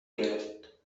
گرفت